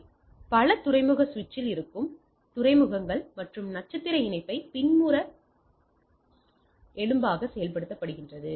இவை பல துறைமுக சுவிட்சில் இருக்கும் துறைமுகங்கள் மற்றும் நட்சத்திர இணைப்புடன் பின்புற எலும்பாக செயல்படுகின்றன